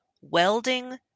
welding